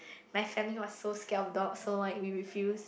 my family was so scared of dogs so like we refused